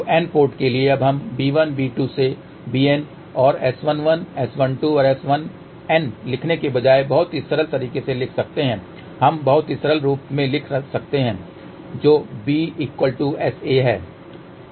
तो N port के लिए अब हम b1 b2 से bN और S11 S12 S1N लिखने के बजाय बहुत ही सरल तरीके से लिख सकते हैं हम बहुत ही सरल रूप में लिख सकते हैं जो bSa है